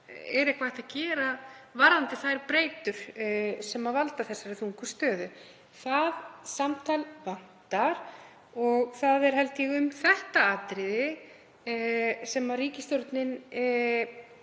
Er eitthvað hægt að gera varðandi þær breytur sem valda þessari þungu stöðu? Það samtal vantar og það er, held ég, um það atriði sem ríkisstjórnin